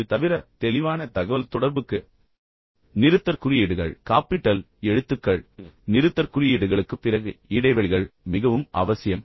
இது தவிர தெளிவான தகவல்தொடர்புக்கு நிறுத்தற்குறியீடுகள் காப்பிட்டல் எழுத்துக்கள் நிறுத்தற்குறியீடுகளுக்குப் பிறகு இடைவெளிகள் மிகவும் அவசியம்